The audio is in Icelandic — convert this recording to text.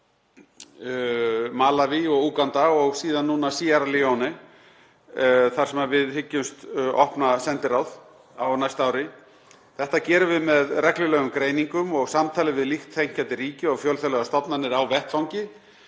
Malaví og Úganda og síðan núna Síerra Leóne, þar sem við hyggjumst opna sendiráð á næsta ári, með reglulegum greiningum og samtali við líkt þenkjandi ríki og fjölþjóðlegar stofnanir á vettvangi.